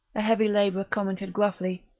a heavy labourer commented gruffly,